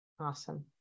Awesome